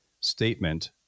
statement